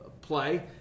play